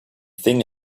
thing